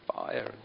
fire